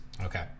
Okay